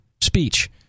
speech